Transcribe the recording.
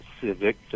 civic